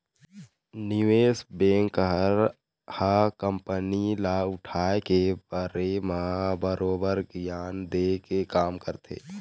निवेस बेंकर ह कंपनी ल उठाय के बारे म बरोबर गियान देय के काम करथे